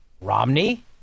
Romney